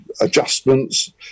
adjustments